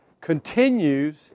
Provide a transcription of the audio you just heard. continues